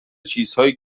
چیزهایی